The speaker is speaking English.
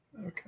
Okay